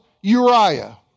Uriah